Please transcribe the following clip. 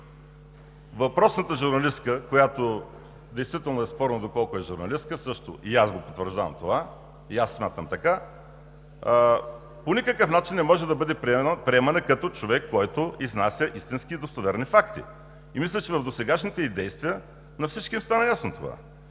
Въпросната журналистка, която действително е спорно доколко е журналистка – и аз потвърждавам това, и аз смятам така – по никакъв начин не може да бъде приемана като човек, който изнася истински и достоверни факти. Мисля, че от досегашните й действия на всички им стана ясно това.